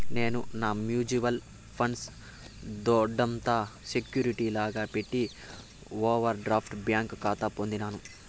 నేను నా mutual funds దొడ్డంత సెక్యూరిటీ లాగా పెట్టి ఓవర్ డ్రాఫ్ట్ బ్యాంకి కాతా పొందినాను